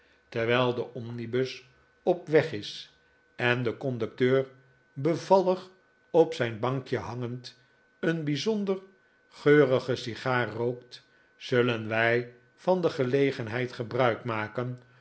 terwijl de omnibus op weg is en de connikolaas nickleby ducteur bevallig op zijn bankje hangend een bijzonder geurige sigaar rookt zullen wij van de gelegenheid gebruik maken